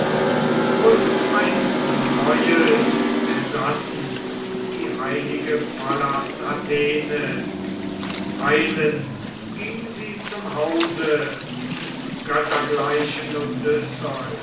und ein neues ersann die heilige pallas athene eilend ging sie zum hause des